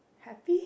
happy